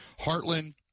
Heartland